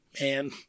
man